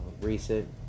recent